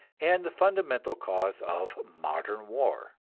and the fundamental cause of modern war.